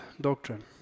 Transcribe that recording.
doctrine